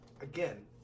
Again